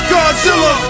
Godzilla